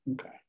okay